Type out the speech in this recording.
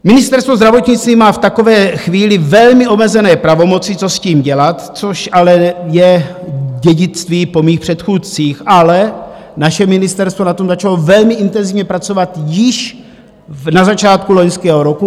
Ministerstvo zdravotnictví má v takové chvíli velmi omezené pravomoci, co s tím dělat, což ale je dědictví po mých předchůdcích, ale naše ministerstvo na tom začalo velmi intenzivně pracovat již na začátku loňského roku.